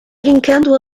brincando